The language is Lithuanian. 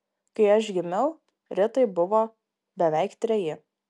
kai aš gimiau ritai buvo beveik treji